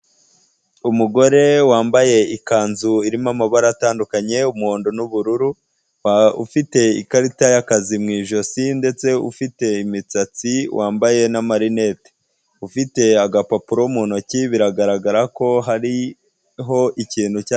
Umugore wambaye ikanzu irimo amabara atandukanye umuhondo n'ubururu, ufite ikarita y'akazi mu ijosi ndetse ufite imisatsi wambaye na marinete, ufite agapapuro mu ntoki biragaragara ko hariho ikintu cya.